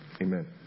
Amen